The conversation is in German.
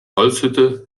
holzhütte